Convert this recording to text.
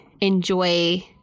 enjoy